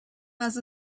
was